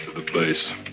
the place.